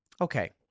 Okay